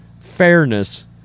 fairness